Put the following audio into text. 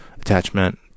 attachment